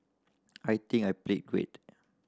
I think I played great